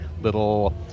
little